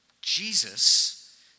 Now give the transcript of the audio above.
Jesus